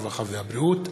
הרווחה והבריאות.